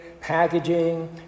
packaging